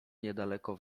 niedaleko